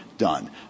done